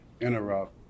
interrupt